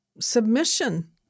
Submission